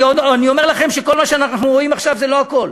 אני אומר לכם שכל מה שאנחנו רואים עכשיו זה לא הכול,